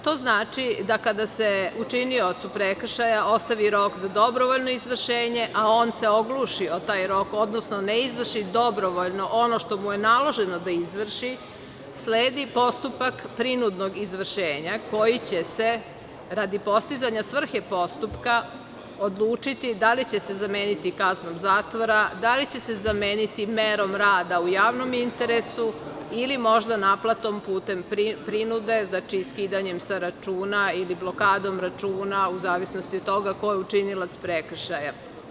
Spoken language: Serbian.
To znači da, kada se učiniocu prekršaja ostavi rok za dobrovoljno izvršenje a on se ogluši o taj rok, odnosno ne izvrši dobrovoljno ono što mu je naloženo da izvrši, sledi postupak prinudnog izvršenja koji će se, radi postizanja svrhe postupaka odlučiti da li će se zameniti kaznom zatvora, da li će se zameniti merom rada u javnom interesu ili možda naplatom putem prinude, znači skidanjem sa računa ili blokadom računa u zavisnosti od toga ko je učinilac prekršaja.